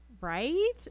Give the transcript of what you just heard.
Right